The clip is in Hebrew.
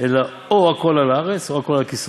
אלא או הכול על הארץ או הכול על הכיסאות.